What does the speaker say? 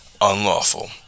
unlawful